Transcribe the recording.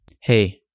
Hey